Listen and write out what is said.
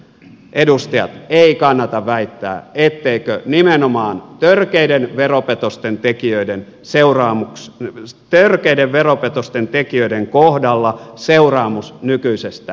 edustajat ei kannata väittää etteikö nimenomaan törkeiden veropetosten tekijöiden kohdalla seuraamus nykyisestä lievenisi